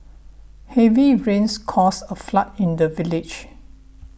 heavy rains caused a flood in the village